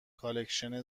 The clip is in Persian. کالکشن